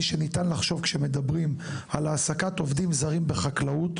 שאפשר לחשוב כשמדברים על העסקת עובדים זרים בחקלאות,